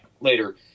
later